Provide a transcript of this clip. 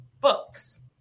books